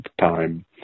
time